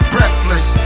Breathless